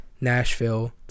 Nashville